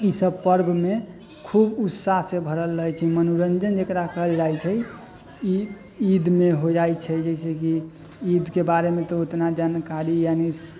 ई सब पर्वमे खूब उत्साहसँ भरल रहै छै मनोरञ्जन जकरा कहल जाइ छै ई ईदमे हो जाइ छै जैसेकि ईदके बारेमे तऽ ओतना जानकारी यानि